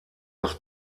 das